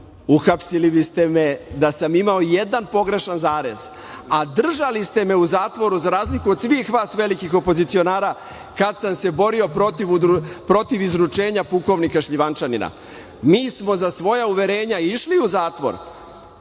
Uhapsili biste me da sam imao i jedan pogrešan zarez. A držali ste me u zatvoru, za razliku od svih vas velikih opozicionara, kad sam se borio protiv izručenja pukovnika Šljivančanina. Mi smo za svoja uverenja išli u zatvor,